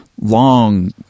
long